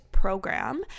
program